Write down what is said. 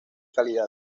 calidad